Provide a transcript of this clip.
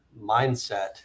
mindset